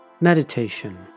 Meditation